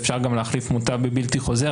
אפשר גם להחליף מוטב בבלתי חוזר,